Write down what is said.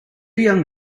young